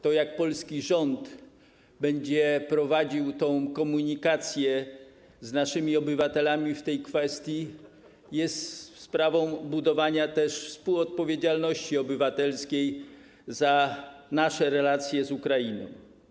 To, jak polski rząd będzie prowadził komunikację z naszymi obywatelami w tej kwestii, jest też sprawą budowania współodpowiedzialności obywatelskiej za nasze relacje z Ukrainą.